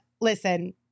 Listen